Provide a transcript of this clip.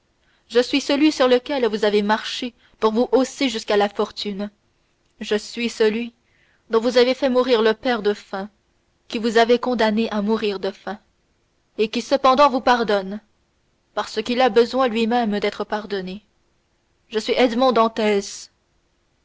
je suis celui sur lequel vous avez marché pour vous hausser jusqu'à la fortune je suis celui dont vous avez fait mourir le père de faim qui vous avait condamné à mourir de faim et qui cependant vous pardonne parce qu'il a besoin lui-même d'être pardonné je suis